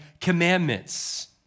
commandments